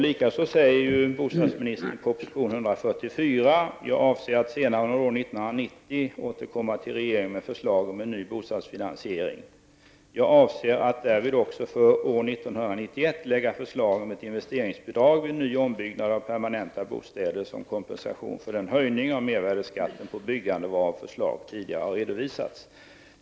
Likaså skriver bostadsministern i proposition 144 att han avser att senare under år 1990 återkomma till regeringen med förslag om en ny bostadsfinansiering. Han skriver vidare att han därvid också avser att för år 1991 lägga fram förslag om ett investeringsbidrag vid nyoch ombyggnad av permanenta bostäder som kompensation för den höjning av mervärdeskatten på byggande, varom förslag tidigare har redovisats.